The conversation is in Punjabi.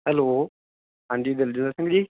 ਹੈਲੋ ਹਾਂਜੀ ਦਲਜਿੰਦਰ ਸਿੰਘ ਜੀ